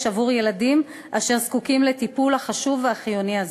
עבור ילדים אשר זקוקים לטיפול החשוב והחיוני הזה.